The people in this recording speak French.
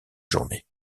journée